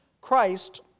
Christ